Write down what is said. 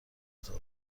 رفتار